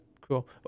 cool